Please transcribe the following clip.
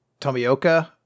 Tomioka